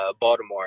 Baltimore